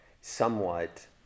somewhat